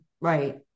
Right